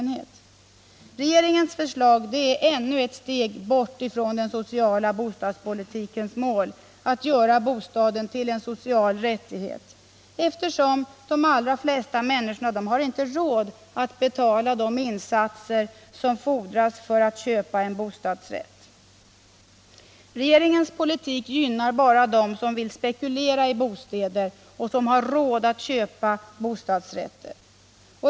Regeringens förslag är ännu ett steg bort från den sociala bostadspolitikens mål att göra bostaden till en social rättighet, eftersom de allra flesta människor inte har råd att betala de insatser som fordras för att köpa en bostadsrätt. Regeringens politik gynnar bara dem som vill spekulera i bostäder och dem som har råd att köpa bostadsrätter.